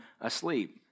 asleep